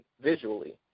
visually